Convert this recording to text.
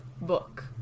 book